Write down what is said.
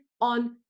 on